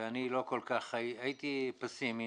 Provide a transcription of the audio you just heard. ואני הייתי פסימי,